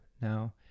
now